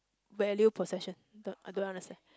value possession I don't understand